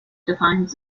defines